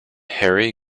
harry